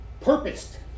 purposed